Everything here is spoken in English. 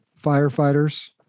firefighters